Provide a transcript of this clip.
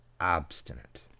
obstinate